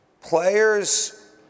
players